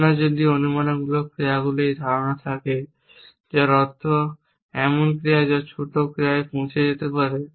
আপনার যদি অনুমানমূলক ক্রিয়াগুলির এই ধারণা থাকে যার অর্থ এমন ক্রিয়া যা ছোট ক্রিয়ায় পচে যেতে পারে